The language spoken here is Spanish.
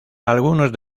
algunos